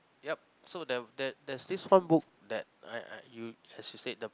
yup so there that there's this one book that I I you as you said the